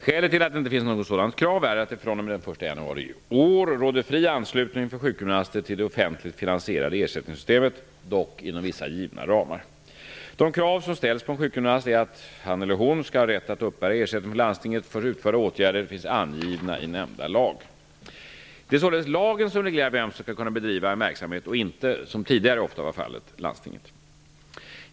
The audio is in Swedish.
Skälet till att det inte finns något sådant krav är att det fr.o.m. den 1 januari i år råder fri anslutning för sjukgymnaster till det offentligt finansierade ersättningssystemet, dock inom vissa givna ramar. De krav som ställs på en sjukgymnast för att han -- eller hon -- skall ha rätt att uppbära ersättning från landstinget för utförda åtgärder finns angivna i nämnda lag. Det är således lagen som reglerar vem som skall kunna bedriva en verksamhet och inte -- som tidigare ofta var fallet -- landstinget.